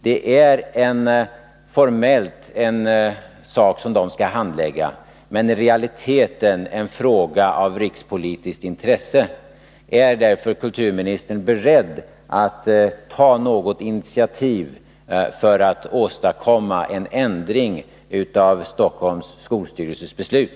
Det är formellt en sak som de skall handlägga, men i realiteten är det en fråga av rikspolitiskt intresse. Därför frågar jag: Är kulturministern beredd att ta något initiativ för att åstadkomma en ändring av Stockholms skolstyrelses beslut?